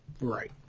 Right